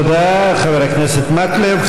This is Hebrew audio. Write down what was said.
תודה, חבר הכנסת מקלב.